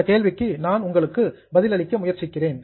இந்த கேள்விக்கு நான் உங்களுக்கு பதிலளிக்க முயற்சிக்கிறேன்